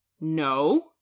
No